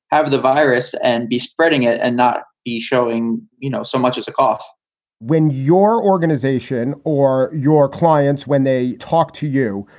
have the virus and be spreading it and not showing, you know, so much as a cough when your organization or your clients, when they talk to you,